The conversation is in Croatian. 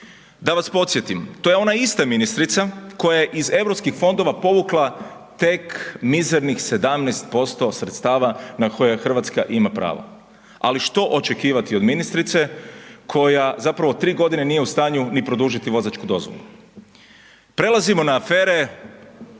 Da vas podsjetim to je ona ista ministrica koja je iz Europskih fondova povukla tek mizernih 17% sredstava na koje Hrvatska ima pravo, ali što očekivati od ministrice koja zapravo 3 godine nije u stanju ni produžiti vozačku dozvolu. Prelazimo na afere